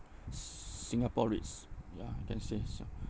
si~ singapore REITs ya ya